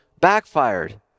backfired